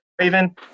Raven